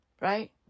Right